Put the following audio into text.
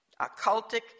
occultic